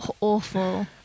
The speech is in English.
Awful